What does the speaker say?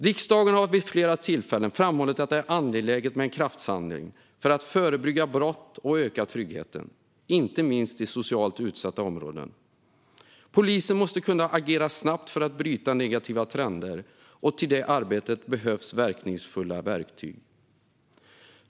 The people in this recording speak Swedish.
Riksdagen har vid flera tillfällen framhållit att det är angeläget med en kraftsamling för att förebygga brott och öka tryggheten, inte minst i socialt utsatta områden. Polisen måste kunna agera snabbt för att bryta negativa trender. Till det arbetet behövs verkningsfulla verktyg.